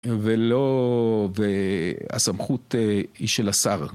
ולא ב..., הסמכות היא של השר.